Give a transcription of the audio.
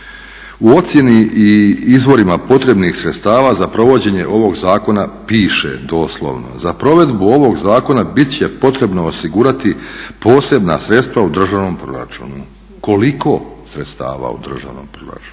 u ocjeni i izvorima potrebnih sredstava za provođenje ovog zakona piše doslovno, za provedbu ovog zakona bit će potrebno osigurati posebna sredstva u državnom proračunu. Koliko sredstava u državnom proračunu